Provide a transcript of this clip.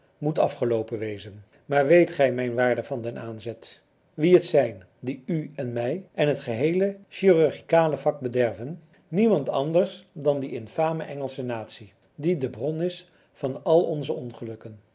moet afgeloopen wezen maar weet gij mijn waarde van den aanzett wie het zijn die u en mij en het geheel chirurgicale vak bederven niemand anders dan die infame engelsche natie die de bron is van al onze ongelukken